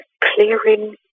clearing